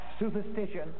superstition